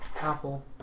Apple